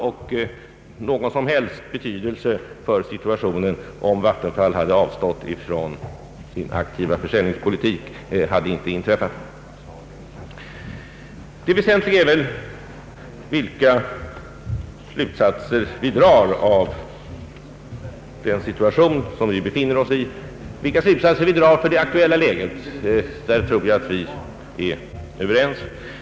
Om Vattenfall avstått från sin aktiva försäljningspolitik, hade det inte haft någon som helst betydelse för den nuvarande situationen. Det väsentliga är väl vilka slutsatser vi kan dra av den situation vi befinner oss i. Beträffande det aktuella läget tror jag att vi är överens.